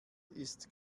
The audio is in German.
ist